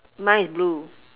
mine is blue